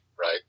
right